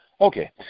Okay